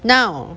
now